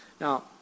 Now